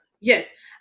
Yes